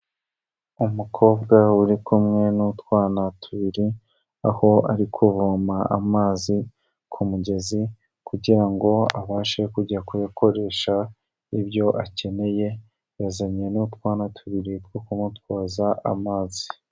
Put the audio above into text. Umukobwa uri kumwe n'utwana tubiri aho ari kuvoma amazi ku mugezi kugirango abashe kujya kuyakoresha ibyo akeneye yazanye n'utwana tubiri two kumutwaza amazi.